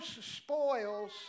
spoils